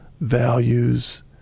values